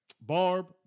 Barb